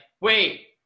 wait